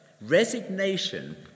Resignation